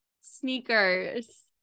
Sneakers